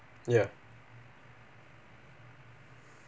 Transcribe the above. ya